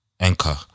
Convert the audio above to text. Anchor